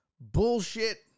bullshit